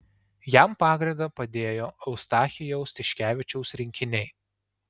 jam pagrindą padėjo eustachijaus tiškevičiaus rinkiniai